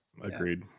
Agreed